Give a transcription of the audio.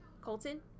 Colton